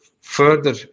further